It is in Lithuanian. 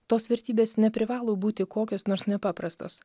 tos vertybės neprivalo būti kokios nors nepaprastos